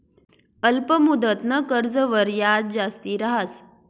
अल्प मुदतनं कर्जवर याज जास्ती रहास